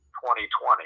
2020